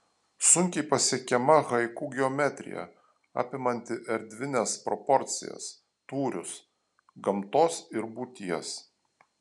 sunkiai pasiekiama haiku geometrija apimanti erdvines proporcijas tūrius gamtos ir būties